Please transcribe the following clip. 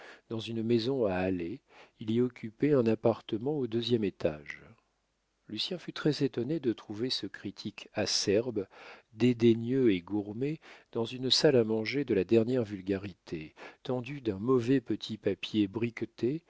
dans une maison à allée il y occupait un appartement au deuxième étage lucien fut très-étonné de trouver ce critique acerbe dédaigneux et gourmé dans une salle à manger de la dernière vulgarité tendue d'un mauvais petit papier briqueté